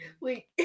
Wait